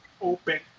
open